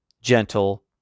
gentle